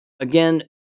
Again